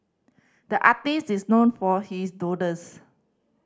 the artist is known for his doodles